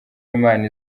imana